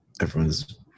everyone's